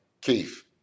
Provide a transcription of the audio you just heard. Keith